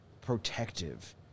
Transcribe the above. protective